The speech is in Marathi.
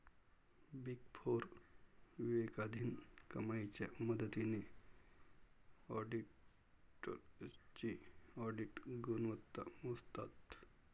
बिग फोर विवेकाधीन कमाईच्या मदतीने ऑडिटर्सची ऑडिट गुणवत्ता मोजतात